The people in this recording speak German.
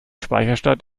speicherstadt